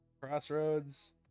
Crossroads